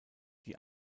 die